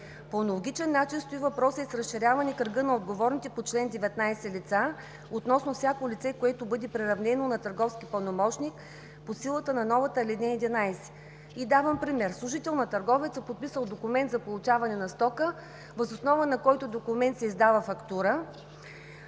По аналогичен начин стои въпросът и с разширяване кръга на отговорните по чл. 19 лица относно всяко лице, което бъде приравнено на търговски пълномощник по силата на новата ал. 11. И давам пример: служител на търговеца, подписал документ за получаване на стока, въз основа на който документ, се издава фактура,